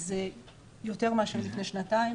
זה יותר מאשר לפני שנתיים,